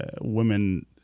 women